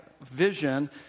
vision